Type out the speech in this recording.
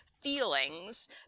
feelings